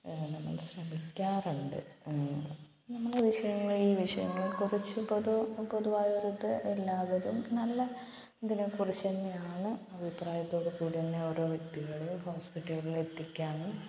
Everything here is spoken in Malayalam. നമ്മള് ശ്രമിക്കാറുണ്ട് നമ്മള് ഈ വിഷയങ്ങളിൽ വിഷയങ്ങൾക്കൊക്കെ കുറിച്ചു ഇതൊരു പൊതുവായൊരിത് എല്ലാവരും നല്ല ഇതിനെക്കുറിച്ചന്നെയാണ് അഭിപ്രായത്തോട് കൂടി തന്നെ ഓരോ വ്യക്തികളെയും ഹോസ്പിറ്റലുകളിലെത്തിക്കാനും